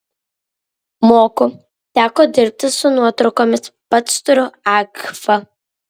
moku teko dirbti su nuotraukomis pats turiu agfa